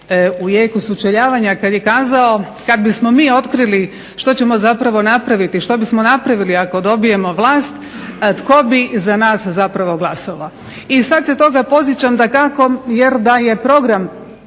u jeku sučeljavanja kada je kazao "Kada bismo mi otkrili što ćemo zapravo napraviti i što bismo napravili ako dobijemo vlast, tko bi za nas zapravo glasovao". I sada se toga podsjećam dakako jer da je program